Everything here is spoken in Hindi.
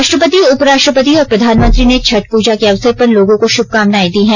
राष्ट्रपति उपराष्ट्रपति और प्रधानमंत्री ने छठ प्रजा के अवसर पर लोगों को शुभकामनाएं दी है